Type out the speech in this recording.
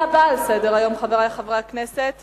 בעד הצביעו 18,